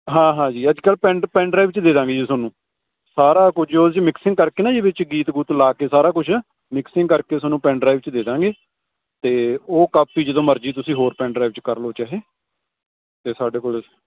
ਹਾਂ ਹਾਂ ਜੀ ਅੱਜ ਕੱਲ੍ਹ ਪਿਨ ਪਿਨ ਡਰਾਈਵ 'ਚ ਦੇ ਦਾਂਗੇ ਜੀ ਤੁਹਾਨੂੰ ਸਾਰਾ ਕੁਝ ਉਹਦੇ 'ਚ ਮਿਕਸਿੰਗ ਕਰਕੇ ਨਾ ਵਿੱਚ ਗੀਤ ਗੂਤ ਲਾ ਕੇ ਸਾਰਾ ਕੁਛ ਨਾ ਮਿਕਸਿੰਗ ਕਰਕੇ ਕਰਕੇ ਤੁਹਾਨੂੰ ਪੈਨ ਡਰਾਈਵ 'ਚ ਦੇ ਦਾਂਗੇ ਅਤੇ ਉਹ ਕਾਪੀ ਜਦੋਂ ਮਰਜ਼ੀ ਤੁਸੀਂ ਹੋਰ ਪੈਨ ਡਰਾਈਵ 'ਚ ਕਰ ਲਓ ਚਾਹੇ ਅਤੇ ਸਾਡੇ ਕੋਲ